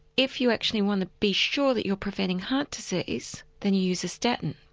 if you actually want to be sure that you're preventing heart disease then you use a statin.